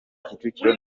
kicukiro